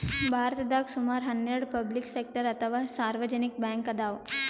ಭಾರತದಾಗ್ ಸುಮಾರ್ ಹನ್ನೆರಡ್ ಪಬ್ಲಿಕ್ ಸೆಕ್ಟರ್ ಅಥವಾ ಸಾರ್ವಜನಿಕ್ ಬ್ಯಾಂಕ್ ಅದಾವ್